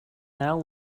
now